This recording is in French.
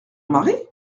mari